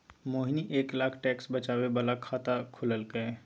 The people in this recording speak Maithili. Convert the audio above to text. मोहिनी एक लाख टैक्स बचाबै बला खाता खोललकै